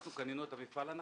קנינו את המפעל,